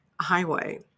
highway